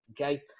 okay